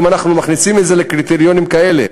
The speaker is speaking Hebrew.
אם אנחנו מכניסים את זה לקריטריונים כאלה,